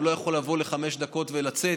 והוא לא יכול לבוא לחמש דקות ולצאת.